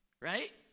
right